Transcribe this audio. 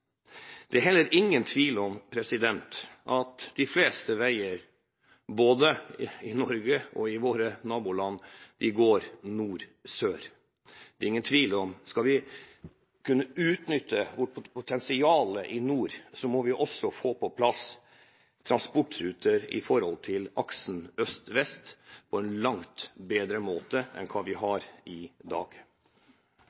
Det er heller ingen tvil om at de fleste veier, både i Norge og våre naboland, går fra nord til sør. Det er ingen tvil om at hvis vi skal kunne utnytte vårt potensial i nord, må vi også få på plass transportruter for øst–vest-aksen på en langt bedre måte enn vi